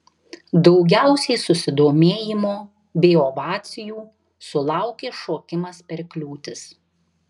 daugiausiai susidomėjimo bei ovacijų sulaukė šokimas per kliūtis